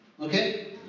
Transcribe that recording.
Okay